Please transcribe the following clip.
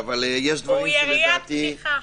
הוא יריית פתיחה.